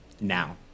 now